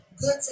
good